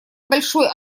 большой